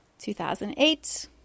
2008